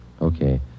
Okay